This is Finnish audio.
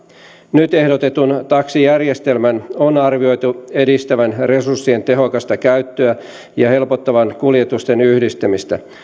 nyt ehdotetun taksijärjestelmän on arvioitu edistävän resurssien tehokasta käyttöä ja helpottavan kuljetusten yhdistämistä